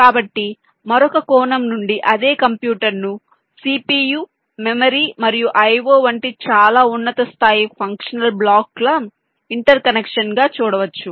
కాబట్టి మరొక కోణం నుండి అదే కంప్యూటర్ను CPU మెమరీ మరియు I O వంటి చాలా ఉన్నత స్థాయి ఫంక్షనల్ బ్లాకుల ఇంటర్ కనెక్షన్గా చూడవచ్చు